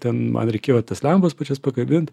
ten man reikėjo tas lempas pačias pakabint